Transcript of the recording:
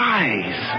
eyes